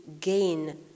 gain